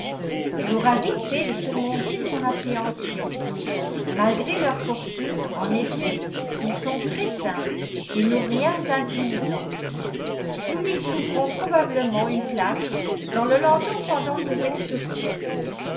elle aura vite fait de surmonter son appréhension malgré leur fortune en effet ils sont très simples et n'ont rien d'intimidant nous lui trouverons probablement une place dans le landau pendant nos excursions